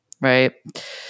right